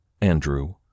Andrew